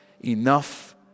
enough